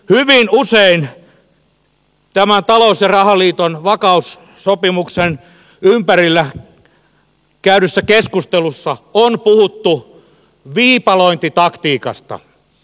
hyvin usein tämän talous ja rahaliiton vakaussopimuksen ympärillä käydyssä keskustelussa on puhuttu viipalointitaktiikasta